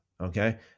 Okay